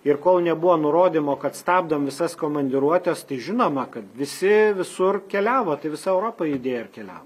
ir kol nebuvo nurodymo kad stabdom visas komandiruotes tai žinoma kad visi visur keliavo tai visa europa judėjo ir keliavo